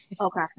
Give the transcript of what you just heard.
Okay